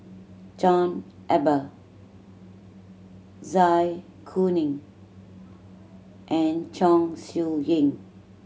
John Eber Zai Kuning and Chong Siew Ying